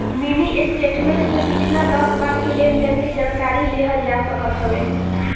mini statement से पिछला दस बार के लेनदेन के जानकारी लेहल जा सकत हवे